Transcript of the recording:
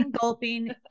gulping